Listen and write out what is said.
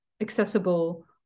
accessible